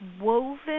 woven